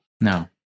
No